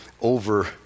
over